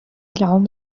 العمر